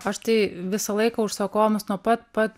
aš tai visą laiką užsakovams nuo pat pat